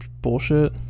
bullshit